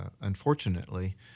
unfortunately